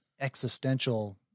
existential